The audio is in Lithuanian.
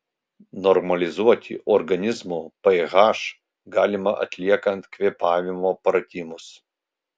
normalizuoti organizmo ph galima atliekant kvėpavimo pratimus